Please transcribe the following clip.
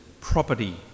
property